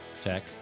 Tech